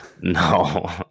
No